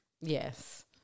Yes